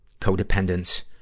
codependence